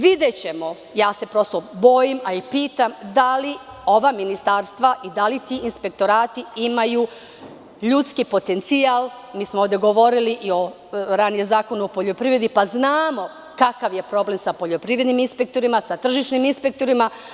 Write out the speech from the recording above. Videćemo, ja se bojim, a i pitam, da li ova ministarstva i da li ti inspektorati imaju ljudski potencijal, jer mi smo ovde govorili i ranije o Zakonu o poljoprivredi, pa znamo kakav je problem sa poljoprivrednim inspektorima, sa tržišnim inspektorima.